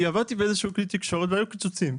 עבדתי באיזה כלי תקשורת והיו פיצוצים.